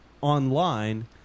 online